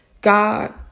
God